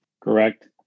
correct